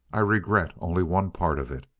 i regret only one part of it.